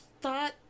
thought